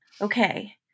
Okay